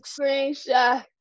screenshot